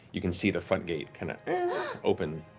you can see the front gate kind of open.